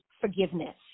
forgiveness